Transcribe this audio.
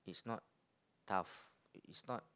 it's not tough it's not